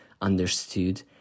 understood